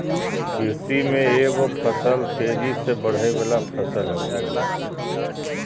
कृषि में एगो फसल तेजी से बढ़य वला फसल होबय हइ